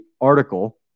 article